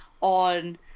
on